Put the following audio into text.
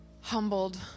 humbled